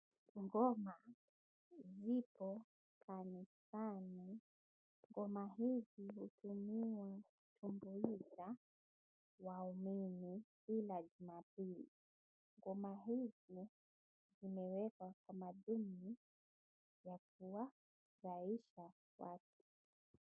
Ngoma ziko kanisani. Ngoma hizi hutumiwa kutumbuiza waumini kila Jumapili. Ngoma hizi zimeweka utamaduni ya kuwafurahisha watu.